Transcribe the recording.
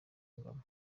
ingoma